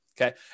okay